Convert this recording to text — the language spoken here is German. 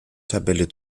tabelle